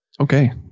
Okay